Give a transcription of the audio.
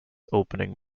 opening